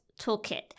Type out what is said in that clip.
toolkit